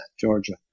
Georgia